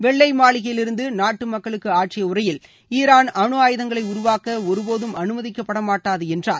வெள்ளை மாளிகையிலிருந்து நாட்டு மக்களுக்கு ஆற்றிய உரையில் ஈரான் அனுஆயுதங்களை உருவாக்க ஒருபோதும் அனுமதிக்கப்பட மாட்டாது என்றார்